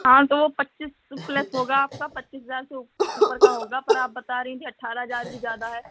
हाँ तो वो पच्चीस प्लस होगा आपका पच्चीस हजार से ऊपर का होगा पर आप बता रही थी अठारह हजार भी ज्यादा हैं